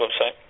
website